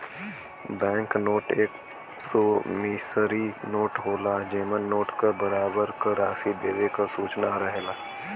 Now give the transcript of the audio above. bank note एक promissory note होला जेमन नोट क बराबर क राशि देवे क सूचना रहेला